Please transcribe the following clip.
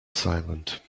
silent